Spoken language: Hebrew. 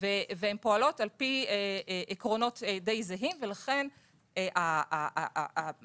והן פועלות על פי עקרונות די זהים ולכן מה שאמרתי,